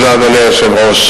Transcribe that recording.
תודה, אדוני היושב-ראש.